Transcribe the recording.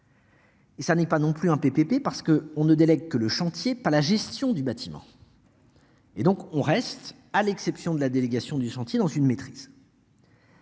Et ça n'est pas non plus un PPP parce que on ne délègue que le chantier par la gestion du bâtiment. Et donc on reste à l'exception de la délégation du chantier dans une maîtrise.